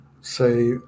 say